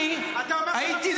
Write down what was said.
אתה אומר ----- אני הייתי,